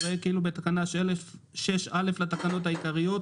יראו כאילו בתקנה 6(א) לתקנות העיקריות